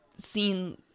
seen